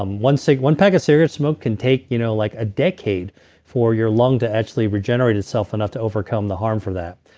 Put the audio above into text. um one so one pack of cigarette smoke can take you know like a decade for your lung to actually regenerate itself enough to overcome the harm from that.